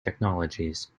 technologies